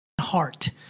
heart